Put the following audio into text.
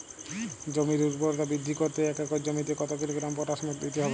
জমির ঊর্বরতা বৃদ্ধি করতে এক একর জমিতে কত কিলোগ্রাম পটাশ দিতে হবে?